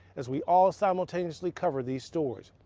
as we all simultaneously cover these stories.